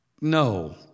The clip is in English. no